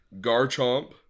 Garchomp